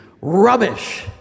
Rubbish